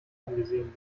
angesehen